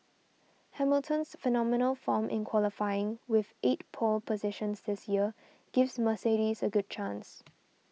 Hamilton's phenomenal form in qualifying with eight pole positions this year gives Mercedes a good chance